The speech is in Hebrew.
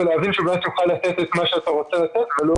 ולהבין שאתה באמת יכול לתת את מה שאתה רוצה לתת ולא